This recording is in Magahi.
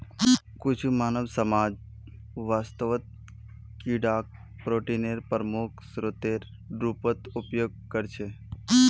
कुछु मानव समाज वास्तवत कीडाक प्रोटीनेर प्रमुख स्रोतेर रूपत उपयोग करछे